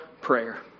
prayer